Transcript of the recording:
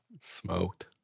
smoked